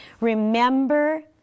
remember